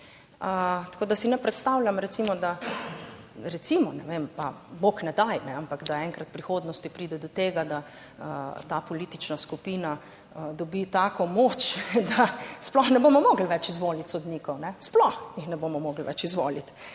Tako da si ne predstavljam recimo, da, recimo, ne vem, pa bog ne daj, ampak da enkrat v prihodnosti pride do tega, da ta politična skupina dobi tako moč, da sploh ne bomo mogli več izvoliti sodnikov, sploh jih ne bomo mogli več izvoliti.